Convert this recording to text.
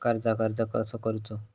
कर्जाक अर्ज कसो करूचो?